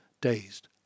dazed